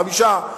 חמישה,